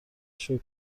شکر